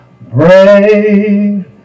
brave